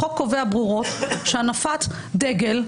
החוק קובע ברורות שהנפת דגל,